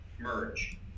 merge